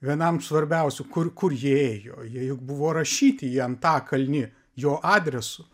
vienam svarbiausių kur kur jie ėjo jie juk buvo rašyti į antakalnį jo adresu